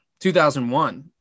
2001